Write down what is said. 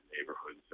neighborhoods